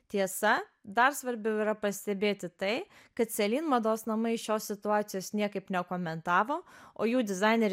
tiesa dar svarbiau yra pastebėti tai kad selin mados namai šios situacijos niekaip nekomentavo o jų dizaineris